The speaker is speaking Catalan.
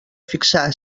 fixar